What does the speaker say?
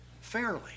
fairly